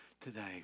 today